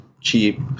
cheap